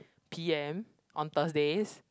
P_M on Thursdays